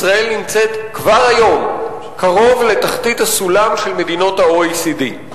ישראל נמצאת כבר היום קרוב לתחתית הסולם של מדינות ה-OECD.